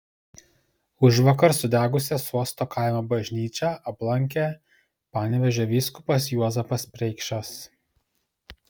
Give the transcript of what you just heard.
užvakar sudegusią suosto kaimo bažnyčią aplankė panevėžio vyskupas juozapas preikšas